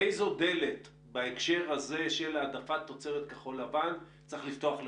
איזה דלת בהקשר הזה של העדפת תוצרת כחול לבן צריך לפתוח לך?